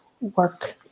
work